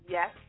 Yes